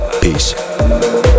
peace